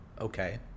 Okay